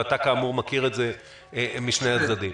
ואתה, כאמור, מכיר את זה משני הצדדים.